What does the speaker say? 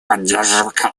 поддержка